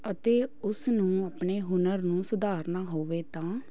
ਅਤੇ ਉਸਨੂੰ ਆਪਣੇ ਹੁਨਰ ਨੂੰ ਸੁਧਾਰਨਾ ਹੋਵੇ ਤਾਂ